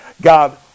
God